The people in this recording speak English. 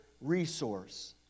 resource